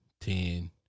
ten